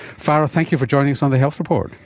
farah, thank you for joining us on the health report.